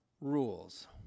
rules